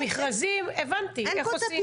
המכרזים, הבנתי, איך עושים.